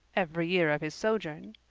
every year of his sojourn.